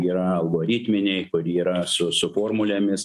yra algoritminiai kur yra su su formulėmis